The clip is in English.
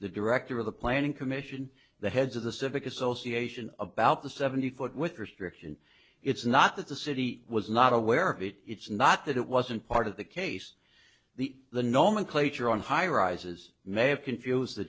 the director of the planning commission the heads of the civic association about the seventy foot with restriction it's not that the city was not aware of it it's not that it wasn't part of the case the the nomenclature on highrises may have confused the